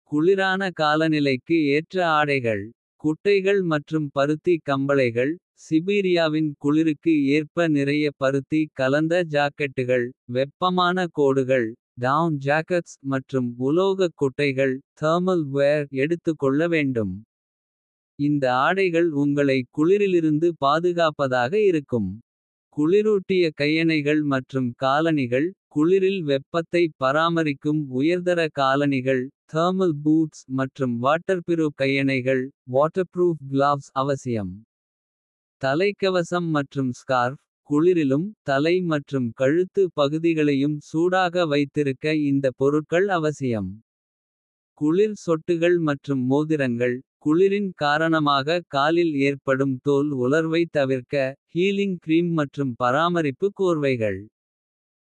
குளிரான காலநிலைக்கு ஏற்ற ஆடைகள். குட்டைகள் மற்றும் பருத்தி கம்பளைகள். சிபீரியாவின் குளிருக்கு ஏற்ப நிறைய பருத்தி கலந்த. ஜாக்கெட்டுகள் வெப்பமான கோடுகள். மற்றும் உலோகக் குட்டைகள் எடுத்துக்கொள்ள வேண்டும். இந்த ஆடைகள் உங்களை குளிரிலிருந்து. பாதுகாப்பதாக இருக்கும். குளிரூட்டிய கையணைகள் மற்றும் காலணிகள். குளிரில் வெப்பத்தை பராமரிக்கும் உயர்தர காலணிகள். மற்றும் வாட்டர்பிரூப் கையணைகள் அவசியம். தலைக்கவசம் மற்றும் ஸ்கார்ஃப் குளிரிலும். தலை மற்றும் கழுத்து பகுதிகளையும் சூடாக வைத்திருக்க. இந்த பொருட்கள் அவசியம். குளிர் சொட்டுகள் மற்றும் மோதிரங்கள் குளிரின். காரணமாக காலில் ஏற்படும் தோல் உலர்வைத் தவிர்க்க. ஹீலிங் க்ரீம் மற்றும் பராமரிப்புக் கோர்வைகள்.